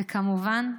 וכמובן,